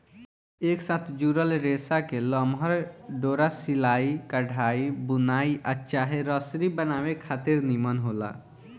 एक साथ जुड़ल रेसा के लमहर डोरा सिलाई, कढ़ाई, बुनाई आ चाहे रसरी बनावे खातिर निमन होला